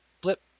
blip